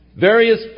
Various